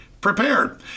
prepared